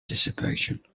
dissipation